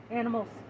animals